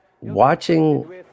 watching